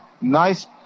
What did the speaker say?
Nice